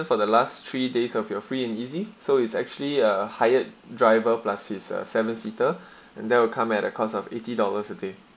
for the last three days of your free and easy so it's actually a hired driver plus is a seven seater and that will come at a cost of eighty dollars a day